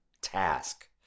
task